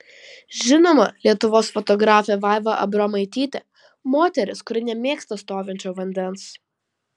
žinoma lietuvos fotografė vaiva abromaitytė moteris kuri nemėgsta stovinčio vandens